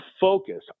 focus